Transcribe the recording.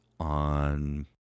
on